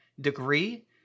degree